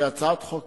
כי הצעת חוק